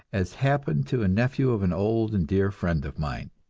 as happened to a nephew of an old and dear friend of mine.